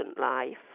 life